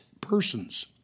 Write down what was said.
persons